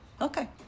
Okay